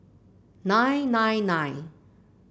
nine nine nine